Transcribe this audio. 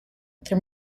their